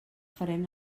farem